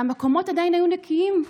והמקומות עדיין היו נקיים.